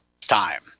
time